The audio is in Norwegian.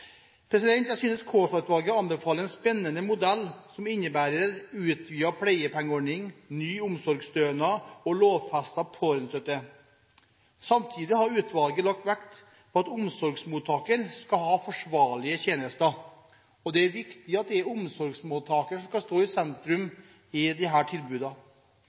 Jeg synes Kaasa-utvalget anbefaler en spennende modell, som innebærer en utvidet pleiepengeordning, ny omsorgsstønad og lovfestet pårørendestøtte. Samtidig har utvalget lagt vekt på at omsorgsmottaker skal ha forsvarlige tjenester, og det er viktig at det er omsorgsmottakeren som skal stå i sentrum